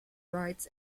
rights